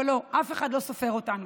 אבל לא, אף אחד לא סופר אותנו.